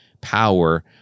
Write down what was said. power